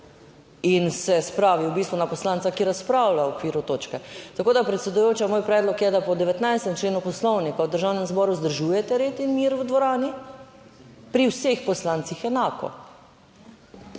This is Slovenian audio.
in se spravi v bistvu na poslanca, ki razpravlja v okviru točke. Tako da, predsedujoča, moj predlog je, da po 19. členu Poslovnika v Državnem zboru vzdržujete red in mir v dvorani, pri vseh poslancih enako.